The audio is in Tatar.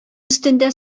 өстендә